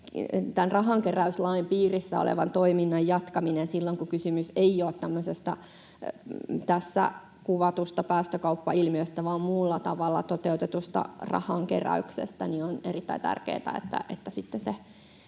tämän rahankeräyslain piirissä olevan toiminnan jatkamiseen silloin, kun kysymys ei ole tämmöisestä tässä kuvatusta päästökauppailmiöstä vaan muulla tavalla toteutetusta rahankeräyksestä. On erittäin tärkeää todeta